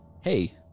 Hey